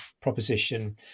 proposition